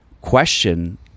question